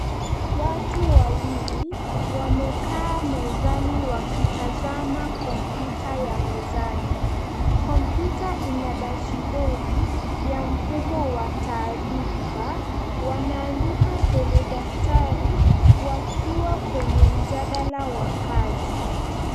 Watu wawili, wamekaa mezani wakitazama kompyuta ya mezani. Kompyuta ina dashibodi, ya mfumo wa taarifa wanaandika kwenye daftari wakiwa kwenye mjadala wa kazi.